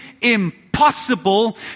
impossible